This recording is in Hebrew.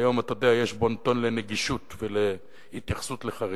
היום אתה תאייש בון-טון לנגישות ולהתייחסות לחריגים.